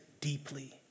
deeply